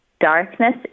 darkness